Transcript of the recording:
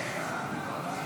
אושרה בקריאה